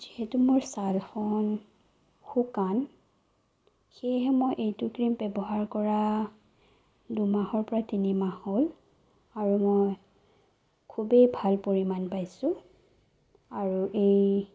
যিহেতু মোৰ ছালখন শুকান সেয়েহে মই এইটো ক্ৰিম ব্যৱহাৰ কৰা দুমাহৰ পৰা তিনিমাহ হ'ল আৰু মই খুবেই ভাল পৰিণাম পাইছোঁ আৰু এই